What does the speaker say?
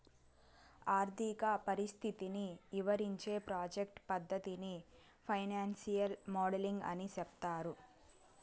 ఆర్థిక పరిస్థితిని ఇవరించే ప్రాజెక్ట్ పద్దతిని ఫైనాన్సియల్ మోడలింగ్ అని సెప్తారు